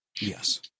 Yes